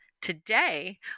Today